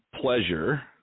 pleasure